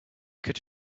could